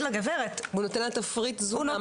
לה גברת -- הוא נותן לה תפריט תזונה.